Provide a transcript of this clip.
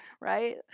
right